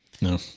no